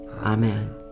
Amen